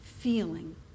feeling